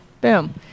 boom